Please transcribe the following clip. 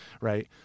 right